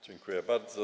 Dziękuję bardzo.